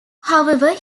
however